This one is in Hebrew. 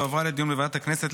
הועברה לדיון בוועדת הכנסת,